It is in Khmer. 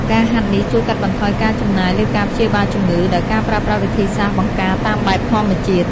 ការហាត់នេះជួយកាត់បន្ថយការចំណាយលើការព្យាបាលជំងឺ ដោយការប្រើប្រាស់វិធីសាស្ត្របង្ការតាមបែបធម្មជាតិ។